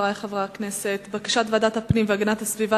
חברי חברי הכנסת: בקשת ועדת הפנים והגנת הסביבה